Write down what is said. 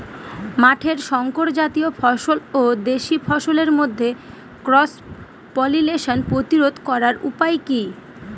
মাঠের শংকর জাতীয় ফসল ও দেশি ফসলের মধ্যে ক্রস পলিনেশন প্রতিরোধ করার উপায় কি?